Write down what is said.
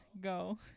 Go